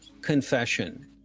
confession